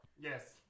Yes